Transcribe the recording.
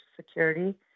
Security